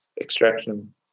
extraction